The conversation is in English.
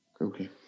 Okay